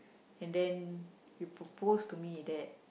and then you propose to me that